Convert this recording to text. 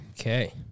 Okay